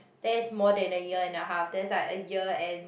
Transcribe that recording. that is more than a year and a half that is like a year and